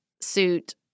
suit